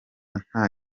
nta